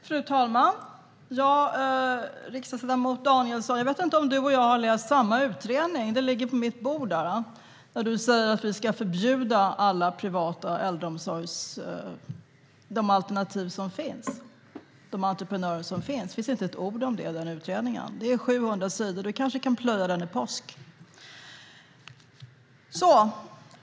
Fru talman! Jag vet inte om riksdagsledamot Danielsson och jag har läst samma utredning. Den ligger på mitt bord där. Han säger att vi ska förbjuda alla privata äldreomsorgsalternativ och de entreprenörer som finns. Men det finns inte ett ord om det i den utredningen. Den är på 700 sidor. Ledamoten Danielsson kanske kan plöja den i påsk.